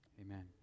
Amen